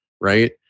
right